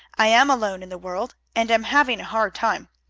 i am alone in the world, and am having a hard time.